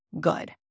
good